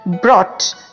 brought